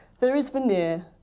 there is veneer,